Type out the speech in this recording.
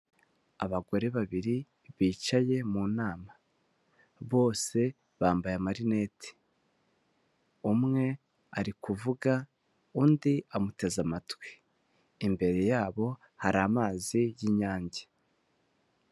Abagore babiri bicaye mu nama, bose bambaye amarineti umwe arikuvuga undi amuteze amatwi, imbere yabo hari amazi y'inyange.